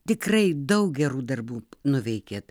tikrai daug gerų darbų nuveikėt